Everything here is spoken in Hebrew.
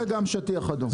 וגם שטיח אדום.